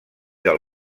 del